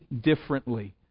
differently